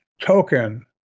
token